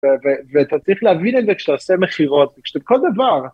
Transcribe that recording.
ואתה צריך להבין את זה כשאתה עושה מכירות, כשאתה כל דבר